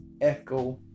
Echo